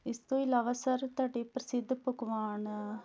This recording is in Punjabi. ਇਸ ਤੋਂ ਇਲਾਵਾ ਸਰ ਤੁਹਾਡੇ ਪ੍ਰਸਿੱਧ ਪਕਵਾਨ